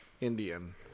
indian